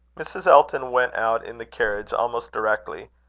mrs. elton went out in the carriage almost directly,